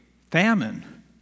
famine